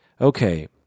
okay